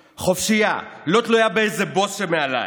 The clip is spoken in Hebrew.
ובסופו של דבר כל העניין הזה יקום או ייפול בבית המשפט העליון,